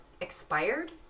expired